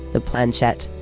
the planchette,